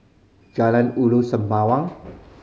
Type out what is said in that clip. Jalan Ulu Sembawang